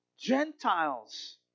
Gentiles